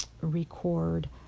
record